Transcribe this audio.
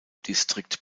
distrikt